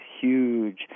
huge